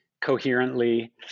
coherently